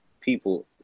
people